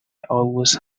always